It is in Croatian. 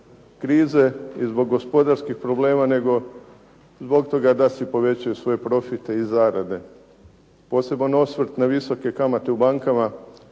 krize i zbog gospodarskih problema nego zbog toga da si povećaju svoje profite i zarade. Poseban osvrt na visoke kamate u bankama